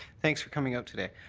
thanks for coming out today.